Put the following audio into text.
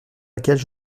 laquelle